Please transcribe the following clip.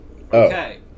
Okay